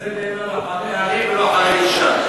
על זה נאמר: אחרי ארי ולא אחרי אישה.